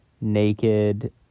naked